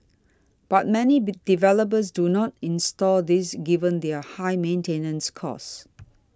but many be developers do not install these given their high maintenance costs